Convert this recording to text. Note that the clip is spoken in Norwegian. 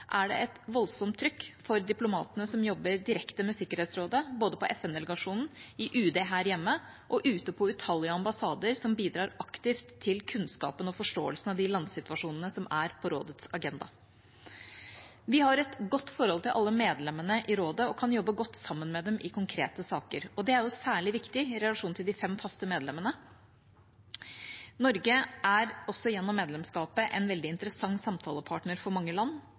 er det et voldsomt trykk på diplomatene som jobber direkte med Sikkerhetsrådet, både i FN-delegasjonen, i UD her hjemme og ute på utallige ambassader som bidrar aktivt til kunnskapen om og forståelsen av de landsituasjonene som er på rådets agenda. Vi har et godt forhold til alle medlemmene i rådet og kan jobbe godt sammen med dem i konkrete saker. Det er særlig viktig i relasjonen til de fem faste medlemmene. Norge er gjennom medlemskapet også en veldig interessant samtalepartner for mange land.